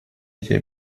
эти